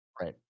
Right